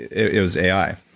it was ai.